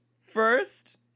first